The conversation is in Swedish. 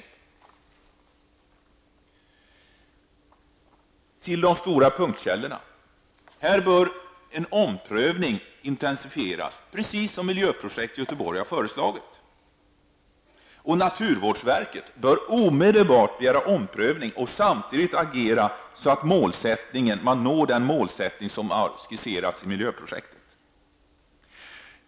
Omprövning av stora punktkällor bör intensifieras, som Miljöprojekt Göteborg har föreslagit. Naturvårdsverket bör omedelbart begära omprövning och samtidigt agera så att man når den målsättning som skisserats i miljöprojektet.